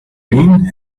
wind